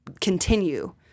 continue